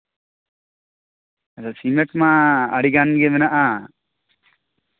ᱟᱪᱪᱷᱟ ᱥᱤᱢᱮᱱᱴ ᱢᱟ ᱟᱹᱰᱤᱜᱟᱱ ᱜᱮ ᱢᱮᱱᱟᱜᱼᱟ